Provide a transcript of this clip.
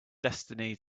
destiny